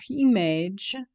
image